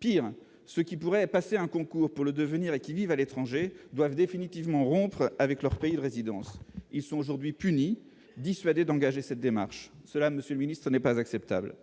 pire ce qui pourrait passer un concours pour le devenir et qui vivent à l'étranger doivent définitivement rompre avec leur pays de résidence, ils sont aujourd'hui puni dissuader d'engager cette démarche cela Monsieur le ministre n'est pas acceptable,